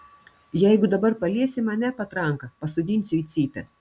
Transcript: jeigu dabar paliesi mane patranka pasodinsiu į cypę